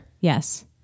yes